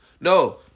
No